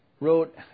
wrote